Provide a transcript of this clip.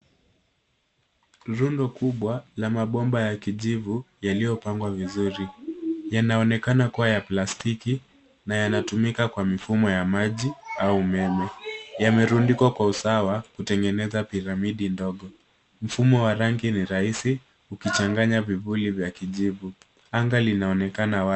Rundo kubwa la mabomba ya kijivu yaliyopangwa vizuri. Yanaonekana kua ya plastiki, na yanatumika kwa mifumo ya maji au umeme. Yamerundikwa kwa usawa, kutengeneza piramidi ndogo. Mfumo wa rangi ni rahisi, ukichanganya vivuli vya kijivu. Anga linaonekana wazi.